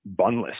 bunless